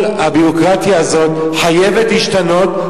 כל הביורוקרטיה הזו חייבת להשתנות,